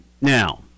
Now